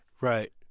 Right